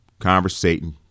Conversating